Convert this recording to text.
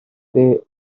they